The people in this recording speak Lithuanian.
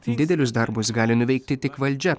didelius darbus gali nuveikti tik valdžia